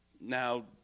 Now